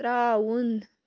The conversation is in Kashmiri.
ترٛاوُن